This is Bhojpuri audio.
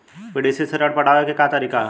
पी.डी.सी से ऋण पटावे के का तरीका ह?